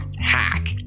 hack